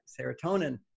serotonin